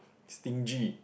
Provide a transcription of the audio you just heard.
stingy